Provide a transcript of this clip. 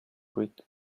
brick